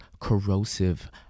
corrosive